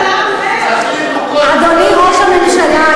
אדוני ראש הממשלה,